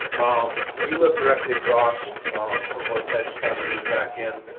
um we live directly across from where ted's trying to move back in.